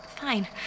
fine